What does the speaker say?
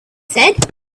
said